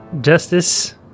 Justice